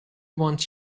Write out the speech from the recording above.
want